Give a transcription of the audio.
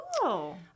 Cool